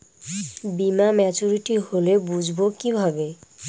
বীমা মাচুরিটি হলে বুঝবো কিভাবে?